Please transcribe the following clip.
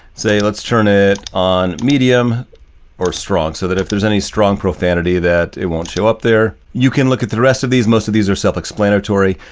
say let's turn it on medium or strong so that if there's any strong profanity that it won't show up there. you can look at the rest of these, most of these are self explanatory,